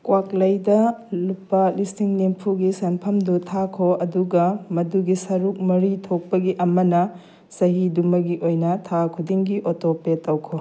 ꯀ꯭ꯋꯥꯛꯂꯩꯗ ꯂꯨꯄꯥ ꯂꯤꯁꯤꯡ ꯅꯤꯐꯨꯒꯤ ꯁꯦꯝꯐꯝꯗꯨ ꯊꯥꯈꯣ ꯑꯗꯨꯒ ꯃꯗꯨꯒꯤ ꯁꯔꯨꯛ ꯃꯔꯤ ꯊꯣꯛꯄꯒꯤ ꯑꯃꯅ ꯆꯍꯤꯗꯨꯃꯒꯤ ꯑꯣꯏꯅ ꯊꯥ ꯈꯨꯗꯤꯡꯒꯤ ꯑꯣꯇꯣꯄꯦ ꯇꯧꯈꯣ